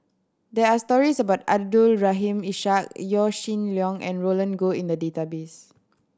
there are stories about Abdul Rahim Ishak Yaw Shin Leong and Roland Goh in the database